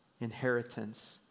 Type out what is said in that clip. Inheritance